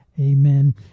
Amen